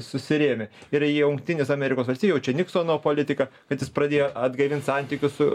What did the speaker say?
susirėmė ir jungtinės amerikos valstijos čia niksono politika kad jis pradėjo atgaivint santykius su